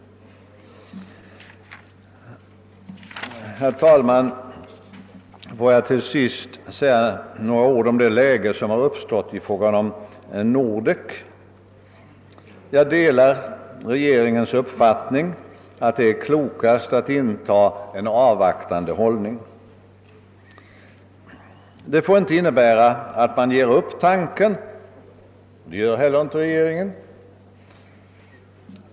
Herr talman! Får jag till sist säga några ord om det läge som har uppstått i fråga om Nordek. Jag delar regeringens uppfattning att det är klokast att inta en avvaktande hållning. Det får inte innebära att man ger upp tanken, och det gör inte regeringen.